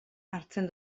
hartzen